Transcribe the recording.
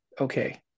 okay